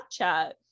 Snapchat